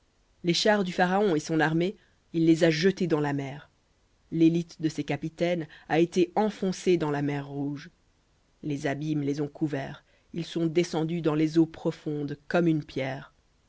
les chars du pharaon et son armée il les a jetés dans la mer l'élite de ses capitaines a été enfoncée dans la mer rouge les abîmes les ont couverts ils sont descendus dans les eaux profondes comme une pierre